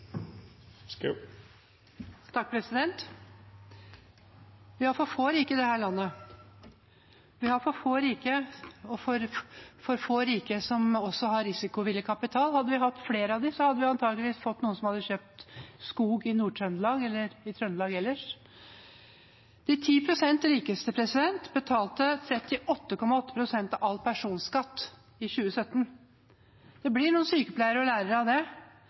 Vi har for få rike i dette landet. Vi har for få rike og for få rike som også har risikovillig kapital. Hadde vi hatt flere av dem, hadde vi antageligvis fått noen som hadde kjøpt skog i Nord-Trøndelag eller i Trøndelag ellers. De 10 pst. rikeste betalte 38,8 pst. av all personskatt i 2017. Det blir noen sykepleiere og lærere av det,